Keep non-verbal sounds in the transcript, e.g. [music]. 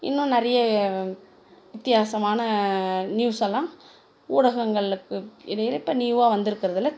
இன்னும் நிறைய வித்தியாசமான நியூஸெல்லாம் ஊடகங்களில் [unintelligible] இப்போ நியூவாக வந்திருக்கறதுல